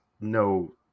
no